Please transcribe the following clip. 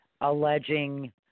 Alleging